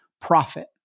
profit